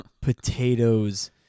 potatoes